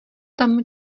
tam